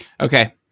Okay